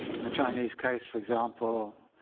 in the chinese case, for example,